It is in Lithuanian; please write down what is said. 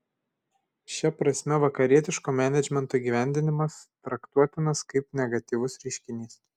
šia prasme vakarietiško menedžmento įgyvendinimas traktuotinas kaip negatyvus reiškinys